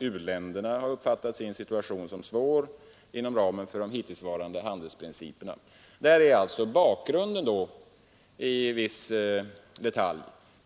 U-länderna har också uppfattat sin situation som svår inom ramen för de hittillsvarande handelsprinciperna. Detta är alltså bakgrunden, i viss detalj,